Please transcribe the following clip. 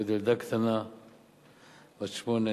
ועוד ילדה קטנה בת שמונה.